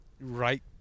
right